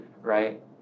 right